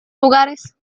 lugares